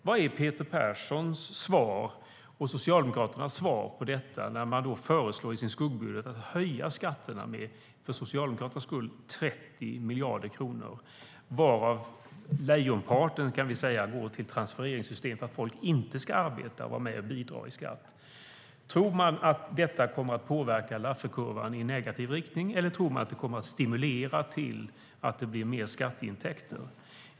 Vad är Peter Perssons och Socialdemokraternas svar på detta när de i sin skuggbudget föreslår att skatterna ska höjas med 30 miljarder kronor, varav lejonparten går till transfereringssystemen för att folk inte ska arbeta och vara med och bidra med skatt? Tror ni att detta kommer att påverka Lafferkurvan i negativ riktning, eller tror ni att det kommer att stimulera till att det blir mer skatteintäkter?